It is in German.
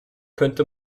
könnte